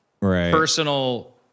personal